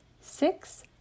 six